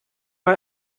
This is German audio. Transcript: mal